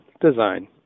Design